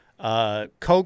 Coke